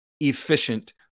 efficient